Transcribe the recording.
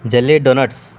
jelly doughnuts